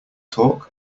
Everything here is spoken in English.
talk